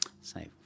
say